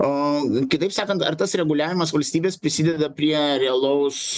o kitaip sakant ar tas reguliavimas valstybės prisideda prie realaus